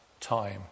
time